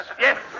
Yes